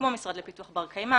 כמו משרד לפיתוח בר קיימא,